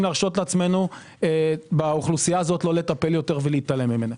להרשות לעצמנו באוכלוסייה הזו לא לטפל יותר ולהתעלם ממנה.